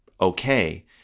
okay